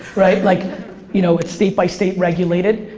right? like you know it's state by state regulated.